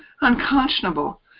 unconscionable